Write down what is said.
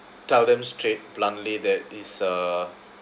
tell them straight bluntly that is uh